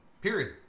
Period